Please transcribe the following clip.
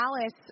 Alice